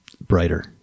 brighter